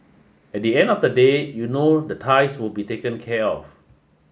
at the end of the day you know the ties will be taken care of